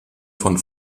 von